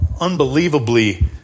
unbelievably